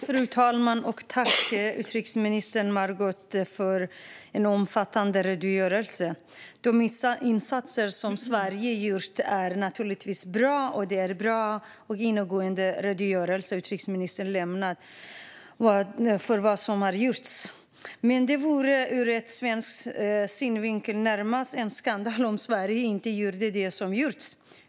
Fru talman! Jag tackar utrikesminister Margot Wallström för en omfattande redogörelse. Vissa insatser som Sverige har gjort är naturligtvis bra, och det är en bra redogörelse som utrikesministern lämnar om vad som har gjorts. Men ur svensk synvinkel vore det närmast en skandal om Sverige inte gjorde det som har gjorts.